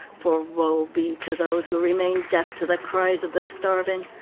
for woe be to those who remain deaf to the cries of the starving,